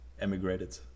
emigrated